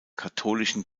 katholischen